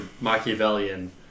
Machiavellian